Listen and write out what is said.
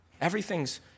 Everything's